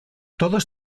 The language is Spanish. todos